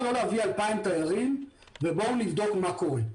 לא להביא 2,000 תיירים ובואו נבדוק מה קורה?